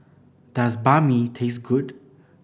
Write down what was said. does Banh Mi taste good